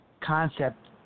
concept